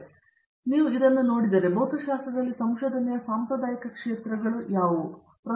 ಆದ್ದರಿಂದ ನೀವು ಇದನ್ನು ನೋಡಿದರೆ ಭೌತಶಾಸ್ತ್ರದಲ್ಲಿ ಸಂಶೋಧನೆಯ ಸಾಂಪ್ರದಾಯಿಕ ಕ್ಷೇತ್ರಗಳಾಗಿ ನೀವು ಏನು ಕರೆಯುತ್ತೀರಿ